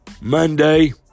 Monday